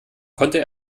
konnte